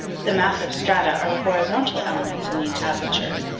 the massive strata are the horizontal elements in the entablature,